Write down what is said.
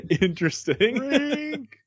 interesting